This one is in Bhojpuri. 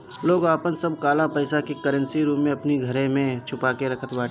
लोग आपन सब काला पईसा के करेंसी रूप में अपनी घरे में छुपा के रखत बाटे